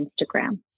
Instagram